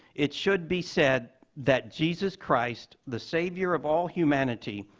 it should be said that jesus christ, the savior of all humanity,